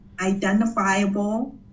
identifiable